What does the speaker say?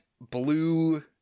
blue